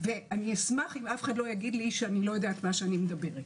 אני אשמח אם לא יגידו לי שאני לא יודעת מה אני אומרת.